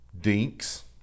Dinks